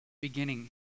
beginning